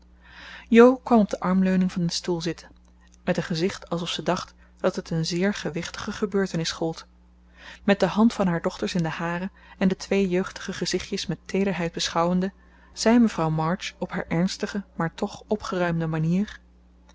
kwam op de armleuning van den stoel zitten met een gezicht alsof ze dacht dat het een zeer gewichtige gebeurtenis gold met de hand van haar dochters in de hare en de twee jeugdige gezichtjes met teederheid beschouwende zei mevrouw march op haar ernstige maar toch opgeruimde manier